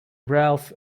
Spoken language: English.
ralph